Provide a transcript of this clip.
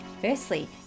Firstly